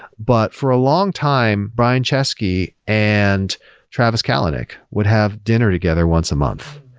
but for a long time, brian chesky and travis kalanick, would have dinner together once a month,